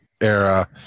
era